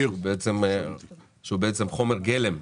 שזה חומר גלם,